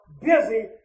busy